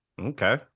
Okay